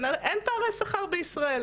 אין פערי שכר בישראל.